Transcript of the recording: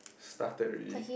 started already